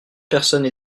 personnes